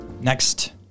next